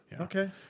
Okay